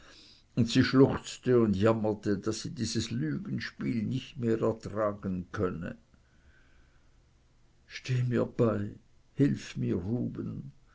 und sie schluchzte und jammerte daß sie dieses lügenspiel nicht mehr ertragen könne steh mir bei hilf mir